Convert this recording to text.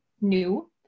new